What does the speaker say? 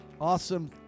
awesome